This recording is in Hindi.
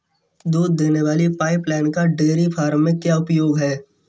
दूध देने वाली पाइपलाइन का डेयरी फार्म में क्या उपयोग है?